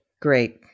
great